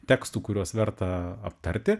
tekstų kuriuos verta aptarti